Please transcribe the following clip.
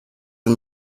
and